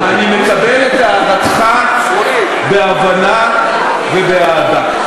אני מקבל את הערתך בהבנה ובאהדה.